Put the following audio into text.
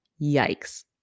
Yikes